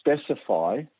specify